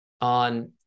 on